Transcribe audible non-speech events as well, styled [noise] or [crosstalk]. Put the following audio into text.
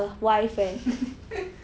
[laughs]